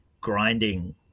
grinding